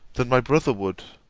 than my brother would.